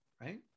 Right